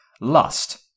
lust